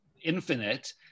infinite